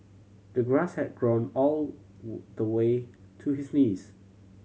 the grass had grown all the way to his knees